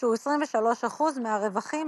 שהוא 23% מהרווחים,